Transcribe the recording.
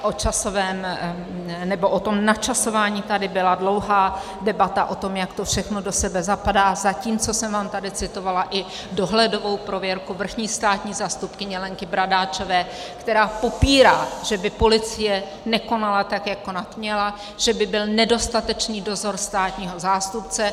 O tom načasování tady byla dlouhá debata, o tom, jak to všechno do sebe zapadá, zatímco jsem vám tady citovala i dohledovou prověrku vrchní státní zástupkyně Lenky Bradáčové, která popírá, že by policie nekonala tak, jak konat měla, že by byl nedostatečný dozor státního zástupce.